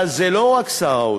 אבל זה לא רק שר האוצר.